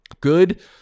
good